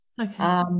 Okay